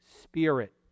spirit